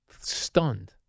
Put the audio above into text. stunned